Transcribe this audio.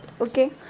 Okay